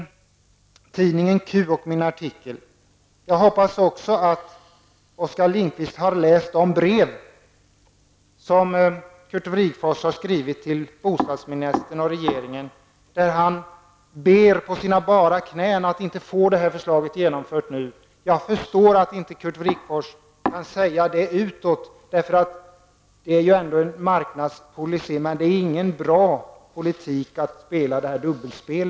Oskar Lindkvist nämnde min artikel i tidningen Q. Jag hoppas att han också har läst de brev som Curt Wrigfors har skrivit till bostadsministern och regeringen. I dem ber han på sina bara knän att det föreliggande förslaget inte skall genomföras nu. Jag förstår att Curt Wrigfors av marknadspolicyskäl inte kan säga det utåt. Men jag medger att det inte är bra att spela detta dubbelspel.